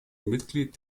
mitglied